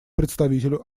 представителю